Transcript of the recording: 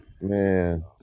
man